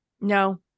No